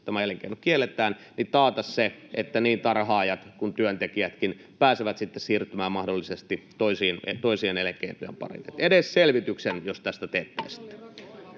tämä elinkeino kielletään, taata se, että niin tarhaajat kuin työntekijätkin pääsevät sitten siirtymään mahdollisesti toisien elinkeinojen pariin? Edes selvityksen jos tästä teettäisitte.